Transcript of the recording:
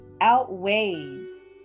outweighs